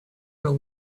will